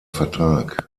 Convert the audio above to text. vertrag